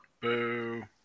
Boo